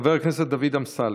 חבר הכנסת דוד אמסלם,